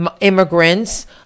immigrants